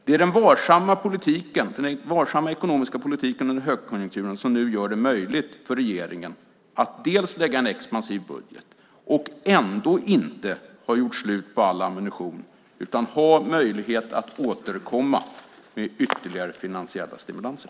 Det är den varsamma ekonomiska politiken under högkonjunkturen som nu gör det möjligt för regeringen att lägga fram en expansiv budget och ändå inte ha gjort slut på all ammunition utan ha möjlighet att återkomma med ytterligare finansiella stimulanser.